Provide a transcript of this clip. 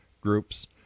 groups